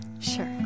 Sure